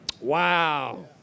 Wow